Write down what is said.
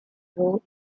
role